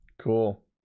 Cool